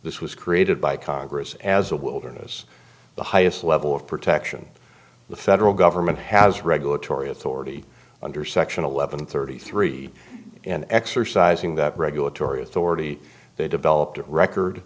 this was created by congress as a wilderness the highest level of protection the federal government has regulatory authority under section eleven thirty three in exercising that regulatory authority they developed a record